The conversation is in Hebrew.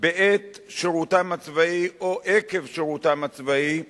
בעת שירותם הצבאי או עקב שירותם הצבאי,